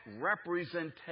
representation